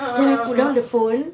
ah ah ah ah